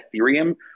Ethereum